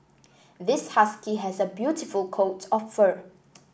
this husky has a beautiful coat of fur